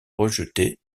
rejetés